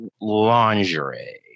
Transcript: lingerie